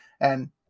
and—